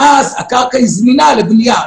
ואז היא זמינה לבנייה.